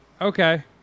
Okay